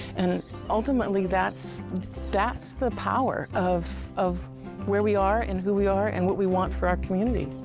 and ultimately that's that's the power of of where we are, and who we are, and what we want for our community.